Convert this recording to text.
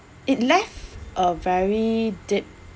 it left a very deep